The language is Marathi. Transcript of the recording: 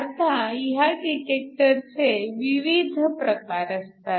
आता ह्या डिटेक्टरचे शोधकाचे विविध प्रकार असतात